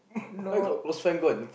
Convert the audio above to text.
no